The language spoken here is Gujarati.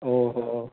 ઓહો